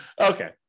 Okay